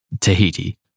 Tahiti